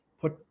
put